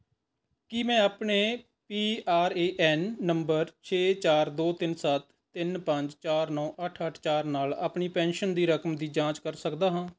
ਕੀ ਮੈਂ ਆਪਣੇ P R A N number ਛੇ ਚਾਰ ਦੋ ਤਿੰਨ ਸੱਤ ਤਿੰਨ ਪੰਜ ਚਾਰ ਨੌਂ ਅੱਠ ਅੱਠ ਚਾਰ ਨਾਲ ਆਪਣੀ ਪੈਨਸ਼ਨ ਦੀ ਰਕਮ ਦੀ ਜਾਂਚ ਕਰ ਸਕਦਾ ਹਾਂ